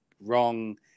wrong